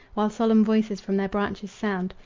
while solemn voices from their branches sound,